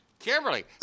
Kimberly